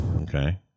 Okay